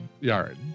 yard